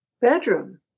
bedroom